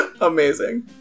Amazing